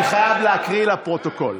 אני חייב להקריא לפרוטוקול.